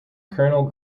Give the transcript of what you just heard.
colonel